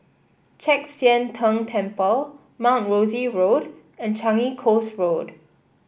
Chek Sian Tng Temple Mount Rosie Road and Changi Coast Road